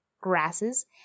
grasses